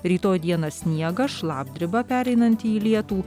rytoj dieną sniegas šlapdriba pereinanti į lietų